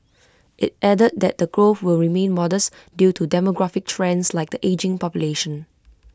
IT added that the growth will remain modest due to demographic trends like the ageing population